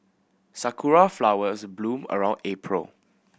sakura flowers bloom around April